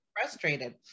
frustrated